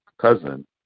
cousin